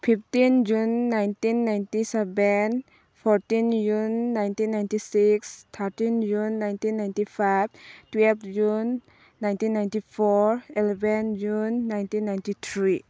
fifteen June nineteen ninety seven fourteen June nineteen ninety six thirteen June nineteen ninety five twelve June nineteen ninety four eleven June nineteen ninety three